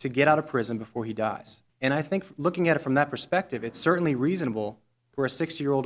to get out of prison before he dies and i think looking at it from that perspective it's certainly reasonable for a six year old